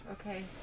Okay